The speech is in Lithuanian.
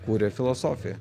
kūrė filosofiją